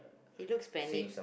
he looks panicked